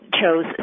chose